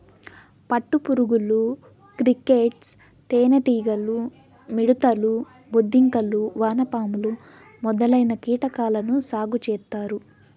పట్టు పురుగులు, క్రికేట్స్, తేనె టీగలు, మిడుతలు, బొద్దింకలు, వానపాములు మొదలైన కీటకాలను సాగు చేత్తారు